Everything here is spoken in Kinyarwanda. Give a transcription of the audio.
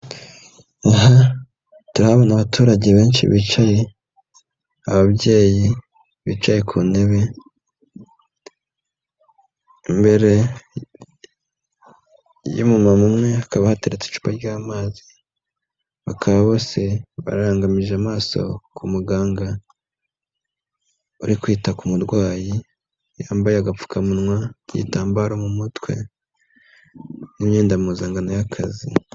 Aha turabona abaturage benshi bicaye, ababyeyi bicaye ku ntebe, imbere y'umumama umwe hakaba hateretse icupa ry'amazi, bakaba barangamije amaso ku muganga uri kwita ku murwayi, yambaye agapfukamunwa n'igitambaro mu mutwe n'impuzankano y'akazi.